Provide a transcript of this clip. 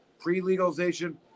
pre-legalization